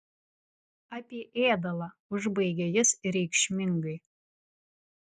apie ėdalą užbaigė jis reikšmingai